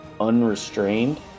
unrestrained